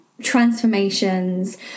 transformations